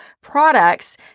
products